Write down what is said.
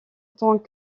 tant